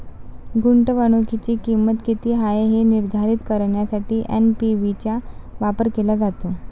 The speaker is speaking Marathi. गुंतवणुकीची किंमत किती आहे हे निर्धारित करण्यासाठी एन.पी.वी चा वापर केला जातो